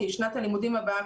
כי שנת הלימודים הבאה,